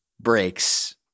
breaks